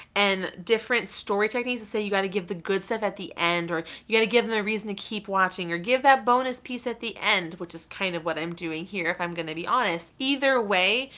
and different story techniques that and say you gotta give the good stuff at the end, or you gotta give them a reason to keep watching, or give that bonus piece at the end, which is kind of what i'm doing here, if i'm gonna be honest. either way,